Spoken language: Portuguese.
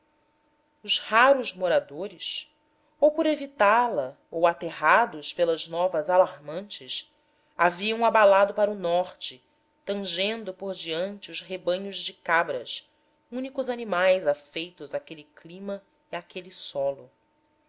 os raros moradores ou por evitá-la ou aterrados pelas novas alarmantes haviam abalado para o norte tangendo por diante os rebanhos de cabras únicos animais afeitos àquele clima e àquele solo